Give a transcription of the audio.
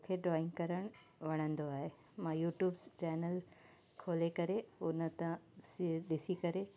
मूंखे ड्रॉइंग करणु वणंदो आहे मां यूट्यूब चैनल खोले करे उन तां सि ॾिसी करे